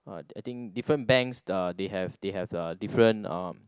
ah I think different banks the they have they have the different uh